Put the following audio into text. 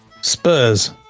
Spurs